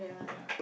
yeah